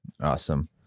Awesome